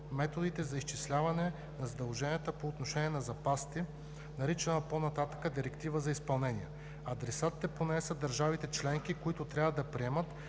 методите за изчисляване на задълженията по отношение на запасите, наричана по-нататък „Директива за изпълнение“. Адресати по нея са държавите членки, които трябва да приемат